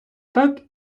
так